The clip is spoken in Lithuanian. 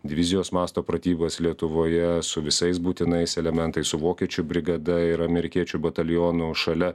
divizijos masto pratybas lietuvoje su visais būtinais elementais su vokiečių brigada ir amerikiečių batalionu šalia